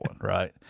right